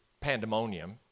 pandemonium